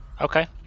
okay